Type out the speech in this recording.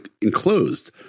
enclosed